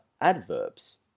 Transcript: adverbs